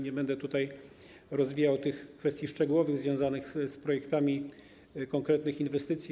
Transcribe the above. Nie będę rozwijał kwestii szczegółowych związanych z projektami konkretnych inwestycji.